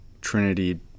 Trinity